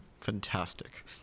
Fantastic